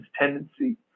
tendency